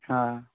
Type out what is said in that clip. ᱦᱟᱸ